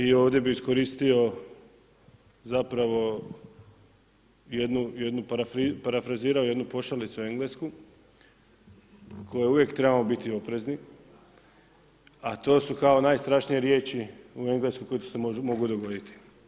I ovdje bih iskoristio zapravo jednu, parafrazirao jednu pošalicu englesku kod koje uvijek trebamo biti oprezni a to su kao najstrašnije riječi u engleskom koje bi se mogle dogoditi.